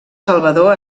salvador